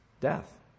death